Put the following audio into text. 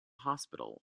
hospital